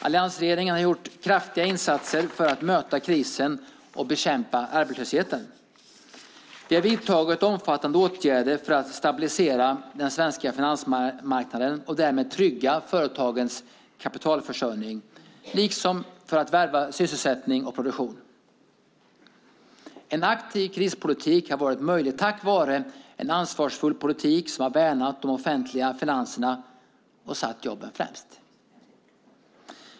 Alliansregeringen har gjort kraftiga insatser för att möta krisen och bekämpa arbetslösheten. Vi har vidtagit omfattande åtgärder för att stabilisera den svenska finansmarknaden och därmed trygga företagens kapitalförsörjning liksom för att värna sysselsättning och produktion. En aktiv krispolitik har varit möjlig tack vare en ansvarsfull politik som har värnat de offentliga finanserna och satt jobben främst.